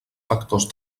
factors